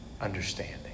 understanding